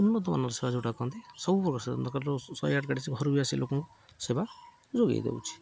ଉନ୍ନତମାନର ସେବା ଯୋଉଟା କହନ୍ତି ସବୁ ପ୍ରକାର ଦରକାର ଶହେ ଆଠ ଗାଡ଼ି ଘରକୁ ବି ଆସି ଲୋକଙ୍କୁ ସେବା ଯୋଗେଇ ଦେଉଛି